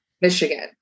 Michigan